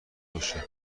باشه